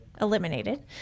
Eliminated